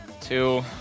Two